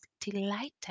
delighted